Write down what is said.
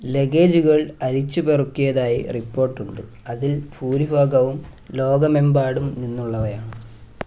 ലഗേജുകൾ അരിച്ചുപെറുക്കിയതായി റിപ്പോർട്ട് ഉണ്ട് അതിൽ ഭൂരിഭാഗവും ലോകമെമ്പാടും നിന്നുള്ളവയാണ്